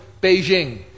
Beijing